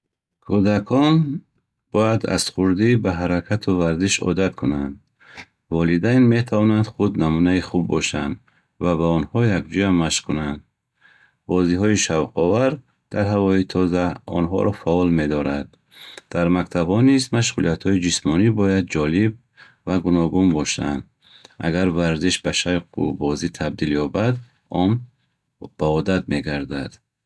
Кӯдакон бояд аз хурдӣ ба ҳаракату варзиш одат кунанд. Волидайн метавонанд худ намунаи хуб бошанд ва бо онҳо якҷоя машқ кунанд. Бозиҳои шавқовар дар ҳавои тоза онҳоро фаъол нигоҳ медорад. Дар мактабҳо низ машғулиятҳои ҷисмонӣ бояд ҷолиб ва гуногун бошанд. Агар варзиш ба шавқу бозӣ табдил ёбад, он ба одат мегардад.